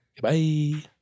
Bye